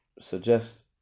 suggest